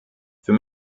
für